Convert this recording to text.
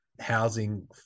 housing